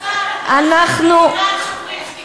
"שוברים שתיקה".